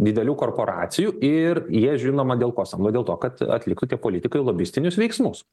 didelių korporacijų ir jie žinoma dėl ko samdo dėl to kad atliktų tie politikai lobistinius veiksmus